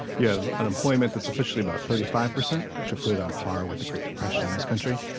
you have unemployment that's officially about thirty five percent, which would put it on par with the great depression in this country.